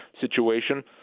situation